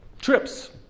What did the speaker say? trips